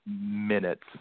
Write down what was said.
minutes